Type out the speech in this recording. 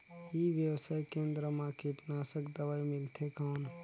ई व्यवसाय केंद्र मा कीटनाशक दवाई मिलथे कौन?